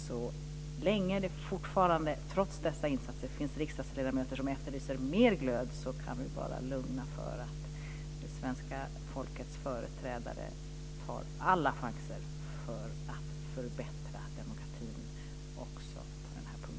Så länge det trots dessa insatser finns riksdagsledamöter som efterlyser mer glöd kan vi vara lugna för att det svenska folkets företrädare tar alla chanser att förbättra demokratin i EU också på denna punkt.